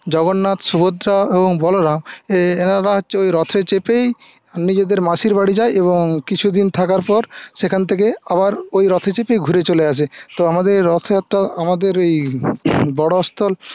জগন্নাথ সুভদ্রা এবং বলরাম এ এনারা হচ্ছে ওই রথে চেপেই নিজেদের মাসির বাড়ি যায় এবং কিছুদিন থাকার পর সেখান থেকে আবার ওই রথে চেপেই ঘুরে চলে আসে তো আমাদের রথযাত্রা আমাদের এই বড় অস্তল